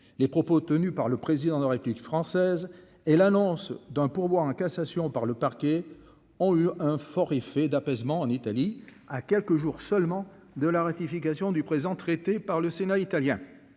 les propos tenus par le président de la République française et l'annonce d'un pourvoi en cassation par le parquet, ont eu un fort effet d'apaisement en Italie. à quelques jours seulement de la ratification du président. Prêté par le Sénat italien